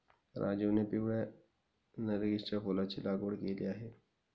राजीवने पिवळ्या नर्गिसच्या फुलाची लागवड केली आहे